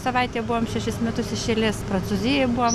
savaitei buvom šešis metus iš eilės prancūzijoj buvom